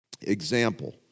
Example